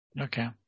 Okay